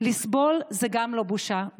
גם לסבול זה לא בושה.